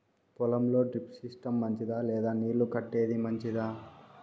పొలం లో drip system మంచిదా లేదా నీళ్లు కట్టేది మంచిదా?